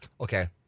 Okay